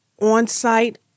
on-site